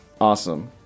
Awesome